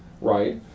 right